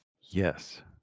yes